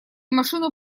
машину